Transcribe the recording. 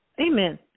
Amen